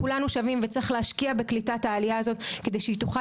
כולנו שווים וצריך להשקיע בקליטת העלייה הזאת כדי שהיא תוכל